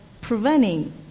preventing